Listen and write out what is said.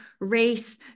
race